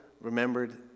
remembered